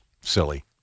silly